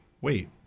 wait